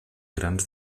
grans